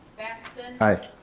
batson. i.